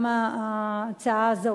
גם ההצעה הזו,